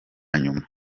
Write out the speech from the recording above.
nyuma